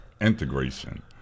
integration